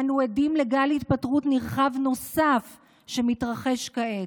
אנו עדים לגל התפטרות נרחב נוסף שמתרחש כעת.